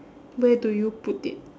where do you put it